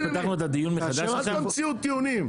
אל תמציאו טיעונים.